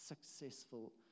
successful